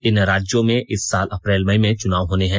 इन राज्यों में इस साल अप्रैल मई में चुनाव होने हैं